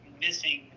missing